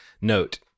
note